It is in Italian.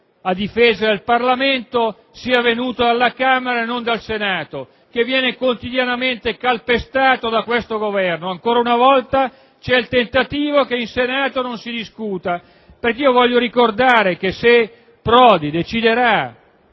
a difesa del Parlamento sia venuto dalla Camera e non dal Senato, che viene quotidianamente calpestato da questo Governo. Ancora una volta c'è il tentativo che in Senato non si discuta. Voglio ricordare che, se Prodi deciderà